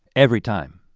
every time.